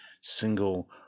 single